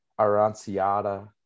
Aranciata